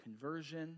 conversion